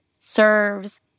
serves